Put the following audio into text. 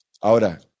Ahora